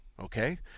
Okay